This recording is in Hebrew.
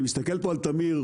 אני מסתכל על תמיר,